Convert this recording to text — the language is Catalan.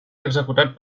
executat